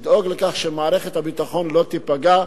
לדאוג לכך שמערכת הביטחון לא תיפגע.